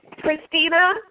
Christina